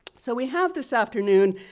so we have this afternoon,